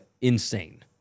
insane